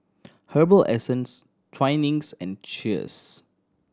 Herbal Essences Twinings and Cheers